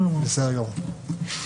"(ג)